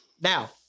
Now